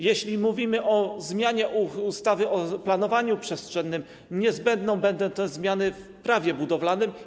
Jeśli mówimy o zmianie ustawy o planowaniu przestrzennym, to niezbędne będą zmiany w Prawie budowlanym.